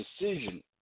decision